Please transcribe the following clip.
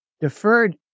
deferred